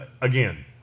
Again